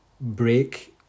break